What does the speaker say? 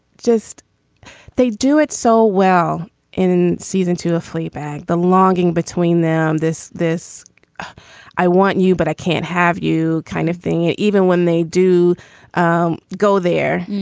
just they do it so well in season two. a fleabag. the longing between them. this this i want you, but i can't have you kind of thing. and even when they do um go there,